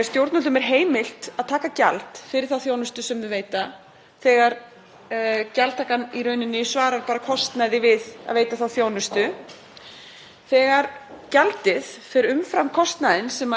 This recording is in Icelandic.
Þegar gjaldið fer umfram kostnaðinn sem er af því að veita þjónustuna, sem á klárlega við þegar rukkaðar eru fleiri þúsund krónur fyrir að afhenda PDF-skjal sem er inni á vefnum,